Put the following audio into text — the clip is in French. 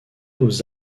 aux